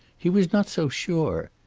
he was not so sure.